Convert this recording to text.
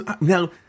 now